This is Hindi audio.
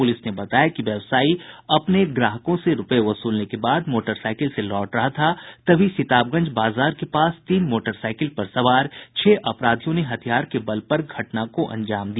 पुलिस ने बताया कि व्यवसायी अपने ग्राहकों से रूपये वसूलने के बाद मोटरसाइकिल से लौट रहा था तभी सिताबगंज बाजार के पास तीन मोटरसाइकिल पर सवार छह अपराधियों ने हथियार के बल पर घटना को अंजाम दिया